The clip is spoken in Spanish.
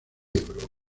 ebro